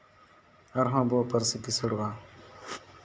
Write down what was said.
ᱟᱨᱦᱚᱸ ᱟᱵᱚᱣᱟᱜ ᱯᱟᱹᱨᱥᱤ ᱠᱤᱥᱟᱹᱬᱚᱜᱼᱟ